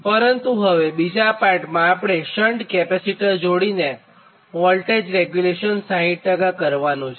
પરંતુ હવે બીજા પાર્ટમાં આપણે શન્ટ કેપેસિટર જોડીને વોલ્ટેજ રેગ્યુલેશન 60 કરવાનું છે